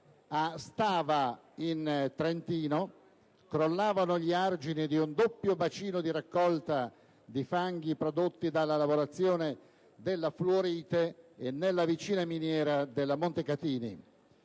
a Stava, in Trentino, crollavano gli argini di un doppio bacino di raccolta dei fanghi prodotti dalla lavorazione della fluorite e nella vicina miniera della Montecatini.